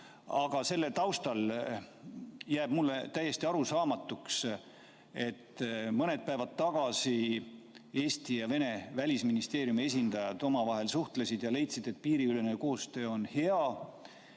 Aga selle taustal jääb mulle täiesti arusaamatuks, et mõned päevad tagasi Eesti ja Vene välisministeeriumi esindajad omavahel suhtlesid ja leidsid, et piiriülene koostöö on hea,